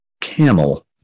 camel